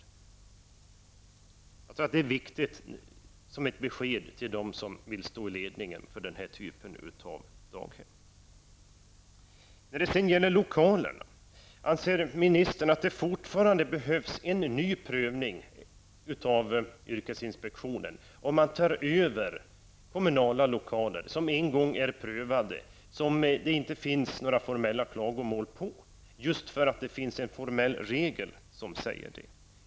Jag tror att det är viktigt att det lämnas ett besked till dem som vill stå i ledningen för den här typen av daghem. När det sedan gäller lokalerna vill jag fråga: Anser statsrådet att det fortfarande behövs en ny prövning av yrkesinspektionen, om man tar över kommunala lokaler som en gång har prövats och som det inte finns några formella klagomål på -- just därför att det finns en formell regel?